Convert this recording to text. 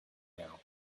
now